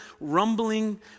rumbling